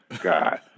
God